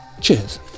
Cheers